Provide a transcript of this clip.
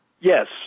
Yes